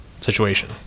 situation